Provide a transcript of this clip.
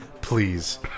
please